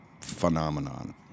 phenomenon